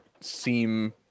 seem